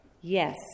yes